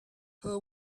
her